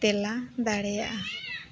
ᱛᱮᱞᱟ ᱫᱟᱲᱮᱭᱟᱜᱼᱟ